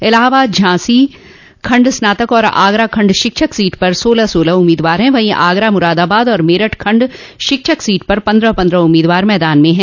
इलाहाबाद झांसी खंड स्नातक और आगरा खंड शिक्षक सीट पर सोलह सोलह उम्मीदवार है वहीं आगरा मुरादाबाद और मेरठ खंड शिक्षक सीट पर पन्द्रह पन्द्रह उम्मीदवार मैदान में हैं